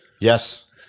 Yes